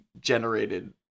generated